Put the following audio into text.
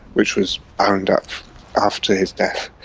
which was bound up after his death.